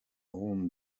own